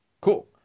cool